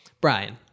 Brian